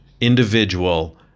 individual